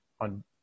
on